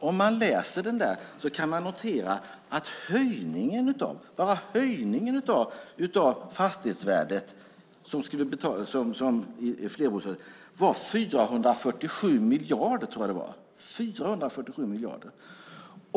Om man läser om det kan man notera att enbart höjningen av fastighetsvärdet i flerbostadshus var 447 miljarder, tror jag det var.